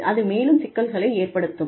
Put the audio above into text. அது மேலும் சிக்கல்களை ஏற்படுத்தும்